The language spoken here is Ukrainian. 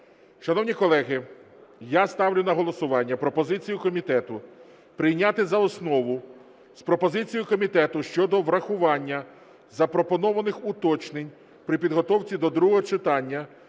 Шановні колеги, я ставлю на голосування пропозицію комітету прийняти за основу з пропозицією комітету щодо врахування запропонованих уточнень при підготовці до другого читання